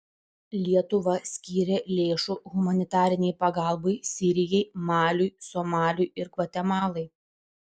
lietuva skyrė lėšų humanitarinei pagalbai sirijai maliui somaliui ir gvatemalai